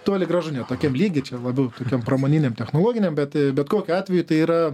toli gražu ne tokiam lygy čia labiau tokiam pramoniniam technologiniam bet bet kokiu atveju tai yra